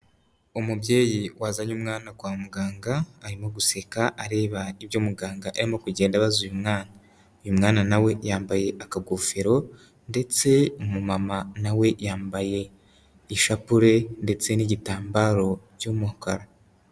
Umubyeyi wazanye umwana kwa muganga arimo guseka areba ibyo muganga arimo kugenda abaza uyu mwana, uyu mwana na we yambaye akagofero ndetse umumama na we yambaye ishapure ndetse n'igitambaro cy'umukara.